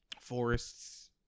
forests